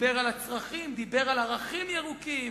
דיבר על הצרכים, דיבר על ערכים ירוקים.